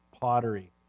pottery